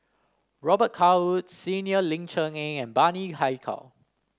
Robet Carr Woods Senior Ling Cher Eng and Bani Haykal